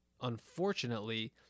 unfortunately